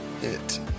hit